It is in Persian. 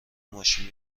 ماشین